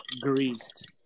greased